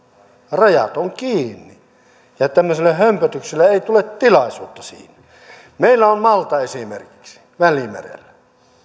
rajat on kiinni ja tämmöiselle hömpötykselle ei tule tilaisuutta siinä meillä on esimerkiksi malta välimerellä